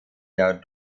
der